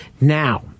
Now